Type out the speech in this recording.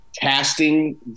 casting